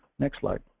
next slide.